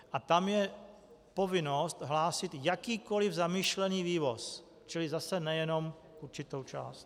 A tam je povinnost hlásit jakýkoliv zamýšlený vývoz, čili zase nejenom určitou část.